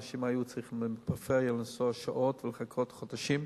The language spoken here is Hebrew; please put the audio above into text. אנשים היו צריכים לנסוע מהפריפריה שעות ולחכות חודשים.